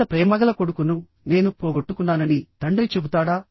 ఇంత ప్రేమగల కొడుకును నేను పోగొట్టుకున్నానని తండ్రి చెబుతాడా